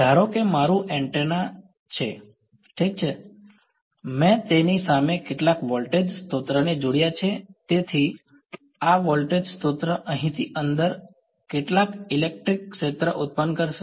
ધારો કે આ મારું એન્ટેના છે ઠીક છે મેં તેની સામે કેટલાક વોલ્ટેજ સ્ત્રોતને જોડ્યા છે તેથી આ વોલ્ટેજ સ્ત્રોત અહીંથી અંદર કેટલાક ઇલેક્ટ્રિક ક્ષેત્ર ઉત્પન્ન કરશે